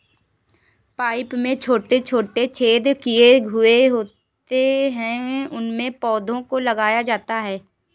pipe में छोटे छोटे छेद किए हुए होते हैं उनमें पौधों को लगाया जाता है